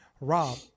Rob